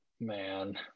man